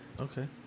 Okay